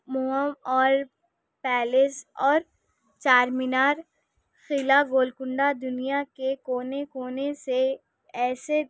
موہ اور پیلیس اور چار مینار قلعہ گول کنڈا دنیا کے کونے کونے سے ایسے